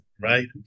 Right